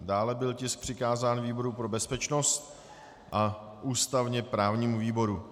Dále byl tisk přikázán výboru pro bezpečnost a ústavněprávnímu výboru.